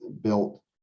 built